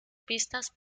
pistas